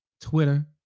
Twitter